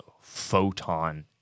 photon